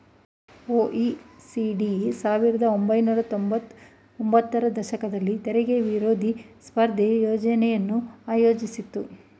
OECD ಸಾವಿರದ ಒಂಬೈನೂರ ತೊಂಬತ್ತ ಒಂಬತ್ತರ ದಶಕದಲ್ಲಿ ತೆರಿಗೆ ವಿರೋಧಿ ಸ್ಪರ್ಧೆಯ ಯೋಜ್ನೆಯನ್ನು ಆಯೋಜಿಸಿತ್ತು